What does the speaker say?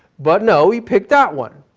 but no, he picked that one.